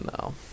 No